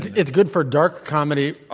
it's good for dark comedy,